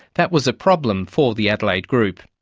that was a problem for the adelaide group.